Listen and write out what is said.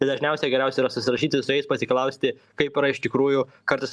ir dažniausiai geriausia yra susirašyti su jais pasiklausti kaip yra iš tikrųjų kartais